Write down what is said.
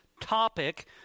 topic